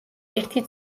ერთი